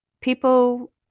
People